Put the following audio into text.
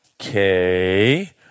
Okay